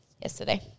yesterday